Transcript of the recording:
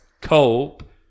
cope